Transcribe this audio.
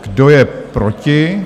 Kdo je proti?